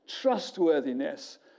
trustworthiness